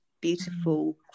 beautiful